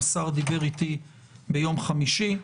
השר דיבר איתי ביום חמישי,